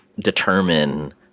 determine